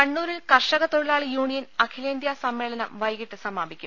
കണ്ണൂരിൽ കർഷക തൊഴിലാളി യൂണിയൻ അഖിലേന്ത്യാ സമ്മേളനം വൈകീട്ട് സമാപിക്കും